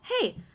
hey